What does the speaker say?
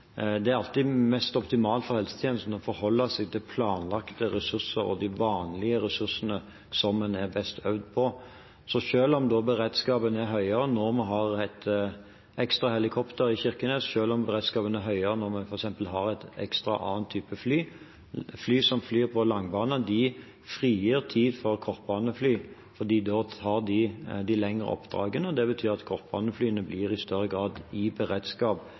best øvd på. Selv om beredskapen er høyere når vi har et ekstra helikopter i Kirkenes, og selv om beredskapen er høyere når vi f.eks. har et ekstra og en annen type fly – fly som flyr på langbane, frigir tid for kortbanefly fordi de tar de lengre oppdragene, og det betyr at kortbaneflyene i større grad blir i beredskap